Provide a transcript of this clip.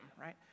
right